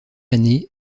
année